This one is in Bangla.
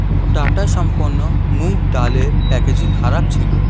টাটা সম্পন্ন মুগ ডালের প্যাকেজিং খারাপ ছিলো